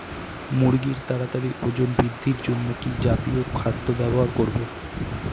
মুরগীর তাড়াতাড়ি ওজন বৃদ্ধির জন্য কি জাতীয় খাদ্য ব্যবহার করব?